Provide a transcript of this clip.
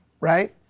right